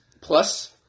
Plus